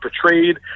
portrayed